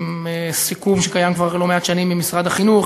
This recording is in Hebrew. שזה סיכום שקיים כבר לא מעט שנים עם משרד החינוך,